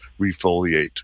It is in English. refoliate